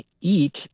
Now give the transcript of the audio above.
eat